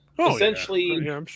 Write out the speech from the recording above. essentially